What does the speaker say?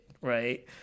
right